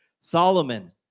Solomon